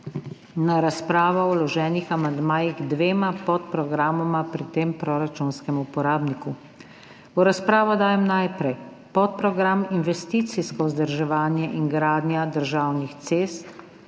na razpravo o vloženih amandmajih k dvema podprogramoma pri tem proračunskem uporabniku. V razpravo dajem najprej podprogram Investicijsko vzdrževanje in gradnja državnih cest